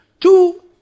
two